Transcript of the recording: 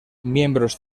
miembros